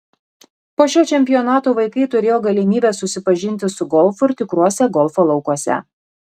po šio čempionato vaikai turėjo galimybę susipažinti su golfu ir tikruose golfo laukuose